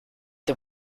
the